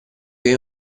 che